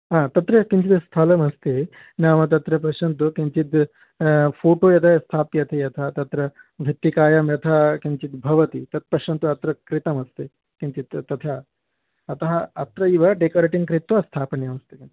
हा तत्रैव किञ्चित् स्थलमस्ति नाम तत्र पश्यन्तु किञ्चिद् फ़ोटो यदा स्थाप्यते यथा तत्र मृत्तिकायां यथा किञ्चिद्भवति तत्पश्यन्तु अत्र कृतमस्ति किञ्चित् तथा अतः अत्रैव डेकोरेटिङ्ग् कृत्वा स्थापनीयमस्ति किञ्चिद्